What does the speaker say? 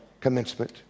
commencement